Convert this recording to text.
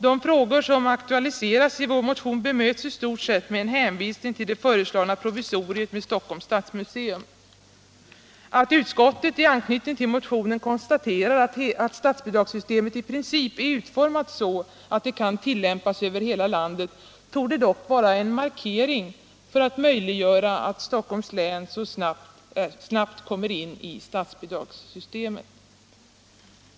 De frågor som aktualiseras i vår motion bemöts i stort sett med en hänvisning till det föreslagna provisoriet med Stockholms stadsmuseum. Att utskottet i anknytning till motionen konstaterar att statsbidragssystemet i princip är utformat så, att det kan tillämpas över hela landet, torde dock vara en markering för att möjliggöra att Stockholms län snart kommer in i statsbidragssystemet.